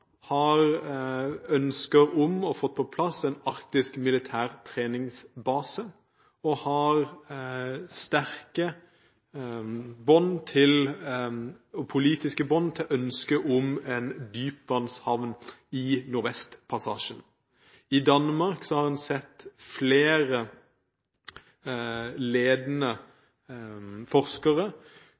har ønsker om å få på plass en arktisk militær treningsbase og har sterke politiske bånd til ønsket om en dypvannshavn i Nordvestpassasjen. I Danmark har man sett flere ledende forskere